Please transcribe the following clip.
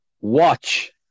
watch